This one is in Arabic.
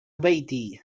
بيتي